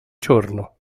giorno